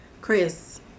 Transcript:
Chris